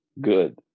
good